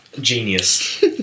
genius